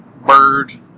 bird